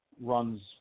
runs